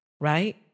Right